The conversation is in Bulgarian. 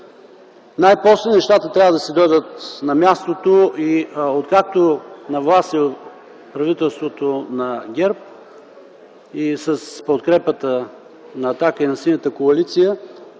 Най-после нещата трябва да си дойдат на мястото. Откакто на власт е правителството на ГЕРБ, с подкрепата на „Атака” и на Синята коалиция,